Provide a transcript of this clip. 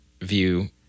view